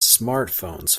smartphones